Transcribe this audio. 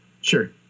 sure